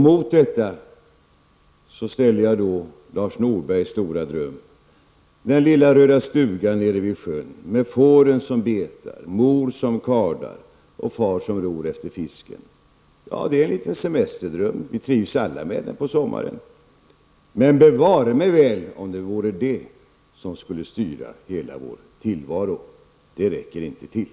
Mot detta ställer jag då Lars Norbergs stora dröm: den lilla röda stugan nere vid sjön, med fåren som betar, mor som kardar och far som ror efter fisken. Ja, det är en liten semesterdröm. Vi trivs alla med den på sommaren. Men bevare mig väl, om det vore det som skulle styra hela vår tillvaro! Det räcker det inte till.